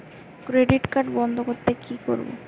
Credit card বন্ধ করতে হলে কি করব?